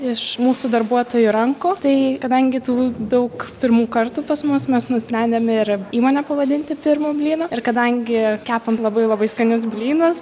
iš mūsų darbuotojų rankų tai kadangi tų daug pirmų kartų pas mus mes nusprendėme ir įmonę vadinti pirmu blynu ir kadangi kepam labai labai skanius blynus